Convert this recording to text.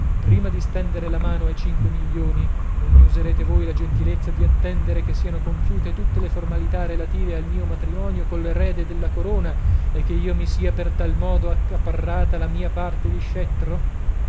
prima di stendere la mano ai cinque milioni non mi userete voi la gentilezza di attendere che sieno compiute tutte le formalità relative al mio matrimonio coll'erede della corona e ch'io mi sia per tal modo accaparrata la mia parte di scettro